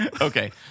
Okay